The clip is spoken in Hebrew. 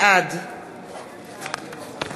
בעד